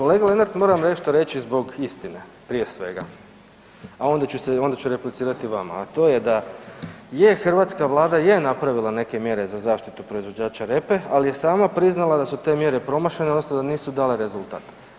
Kolega Lenart moram nešto reći zbog istine prije svega, a onda ću replicirati vama, a to je da je hrvatska Vlada napravila neke mjere za zaštitu proizvođača repe, ali je sama priznala da su te mjere promašene odnosno da nisu dakle rezultat.